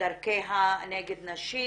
דרכיה נגד נשים,